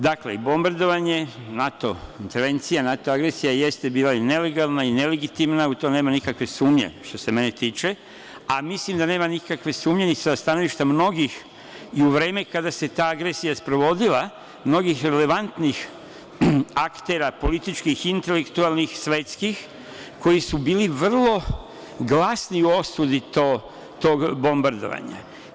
Dakle, bombardovanje, NATO intervencija, NATO agresija jeste bila i nelegalna i nelegitimna, u to nema nikakve sumnje što se mene tiče, a mislim da nema nikakve sumnje ni sa stanovišta mnogih i u vreme kada se ta agresija sprovodila mnogih relevantnih aktera političkih intelektualnih, svetskih, koji su bili vrlo glasni u osudi tog bombardovanja.